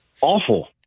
awful